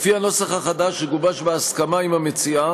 לפי הנוסח החדש, שגובש בהסכמה עם המציעה,